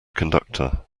conductor